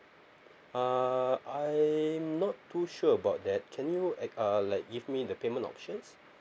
uh I'm not too sure about that can you e~ err like give me the payment options